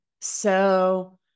so-